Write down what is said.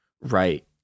right